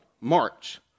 march